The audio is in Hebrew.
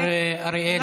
השר אריאל.